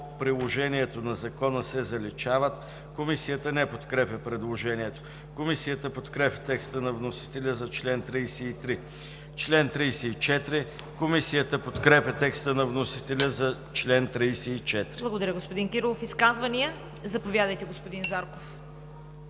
приложението на Закона“ се заличават“. Комисията не подкрепя предложението. Комисията подкрепя текста на вносителя за чл. 33. Комисията подкрепя текста на вносителя за чл. 34. ПРЕДСЕДАТЕЛ ЦВЕТА КАРАЯНЧЕВА: Изказвания? Заповядайте, господин Зарков.